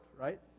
right